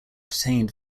detained